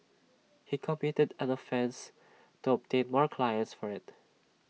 he committed the offences to obtain more clients for IT